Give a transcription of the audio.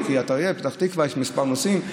בקריית אריה בפתח תקווה יש מספר נוסעים.